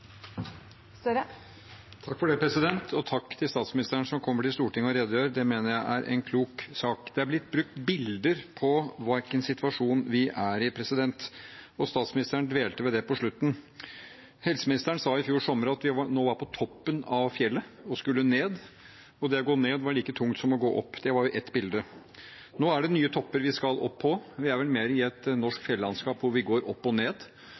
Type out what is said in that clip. en klok sak. Det er blitt brukt bilder på hvilken situasjon vi er i, og statsministeren dvelte ved det på slutten. Helseministeren sa i fjor sommer at vi nå var på toppen av fjellet og skulle ned, og at det å gå ned var like tungt som å gå opp. Det var ett bilde. Nå er det nye topper vi skal opp på – vi er vel mer i et norsk fjellandskap hvor vi går opp og ned.